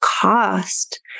cost